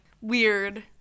Weird